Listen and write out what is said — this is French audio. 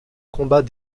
combat